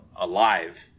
alive